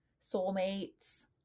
soulmates